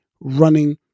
running